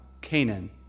Canaan